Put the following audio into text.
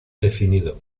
definido